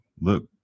look